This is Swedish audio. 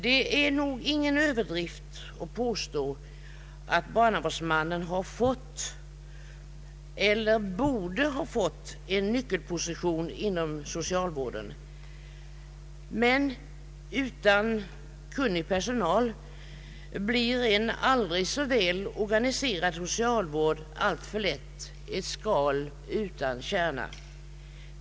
Det är ingen överdrift att påstå att barnavårdsmannen fått — eller borde ha fått — en nyckelposition inom socialvården. Men utan kunnig personal blir en aldrig så väl organiserad socialvård alltför lätt ett skal utan kärna.